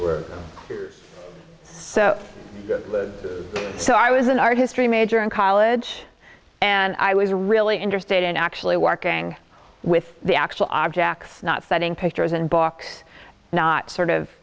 so so i was an art history major in college and i was really interested in actually working with the actual objects not studying pictures and box not sort of